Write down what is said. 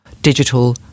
digital